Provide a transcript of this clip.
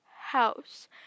house